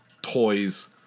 Toys